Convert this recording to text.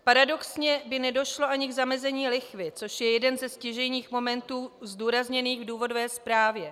Paradoxně by nedošlo ani k zamezení lichvy, což je jeden ze stěžejních momentů zdůrazněných v důvodové zprávě.